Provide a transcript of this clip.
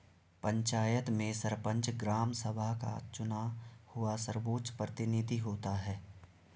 पंचायत में सरपंच, ग्राम सभा का चुना हुआ सर्वोच्च प्रतिनिधि होता है